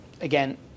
Again